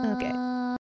Okay